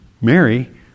Mary